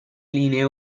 linee